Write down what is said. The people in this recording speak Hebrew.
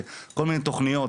וכל מיני תכניות,